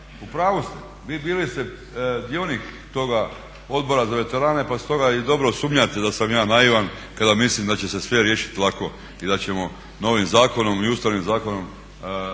u pravu ste, vi bili ste sudionik toga Odbora za veterane pa stoga i dobro sumnjate da sam ja naivan kada mislim da će se sve riješiti lako i da ćemo novim zakonom i ustavnim zakonom